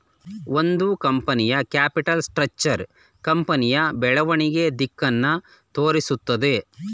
ಒಂದು ಕಂಪನಿಯ capital structure ಕಂಪನಿಯ ಬೆಳವಣಿಗೆಯ ದಿಕ್ಕನ್ನು ತೋರಿಸುತ್ತದೆ